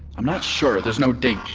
i'm not sure, there's no date.